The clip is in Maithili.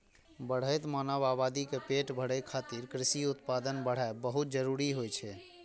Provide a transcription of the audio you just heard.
बढ़ैत मानव आबादी के पेट भरै खातिर कृषि उत्पादन बढ़ाएब बहुत जरूरी होइ छै